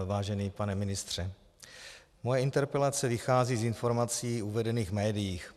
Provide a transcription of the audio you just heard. Vážený pane ministře, moje interpelace vychází z informací uvedených v médiích.